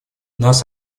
нас